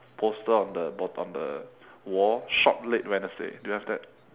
poster on the bot~ on the wall shop late wednesday do you have that